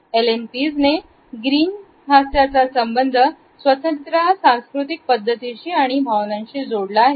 Ellen P J ने Green हास्याचा संबंध स्वतंत्र तह सांस्कृतिक पद्धतीशी आणि भावनांची जोडला आहे